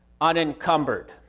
Unencumbered